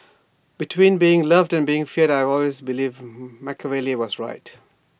between being loved and being feared I always believed Machiavelli was right